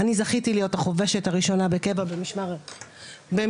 אני זכיתי להיות החובשת הראשונה בקבע במשמר הגבול,